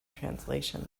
translation